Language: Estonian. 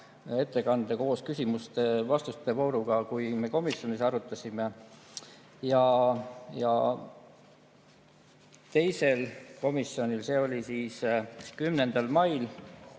ettekande koos küsimuste-vastuste vooruga, kui me komisjonis arutasime. Teisel komisjoni [istungil], see oli 10. mail,